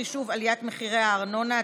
חישוב עליית מחירי הארנונה),